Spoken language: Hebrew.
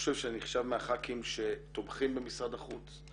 שאני נחשב מהח"כים שתומכים במשרד החוץ,